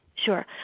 Sure